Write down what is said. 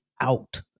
out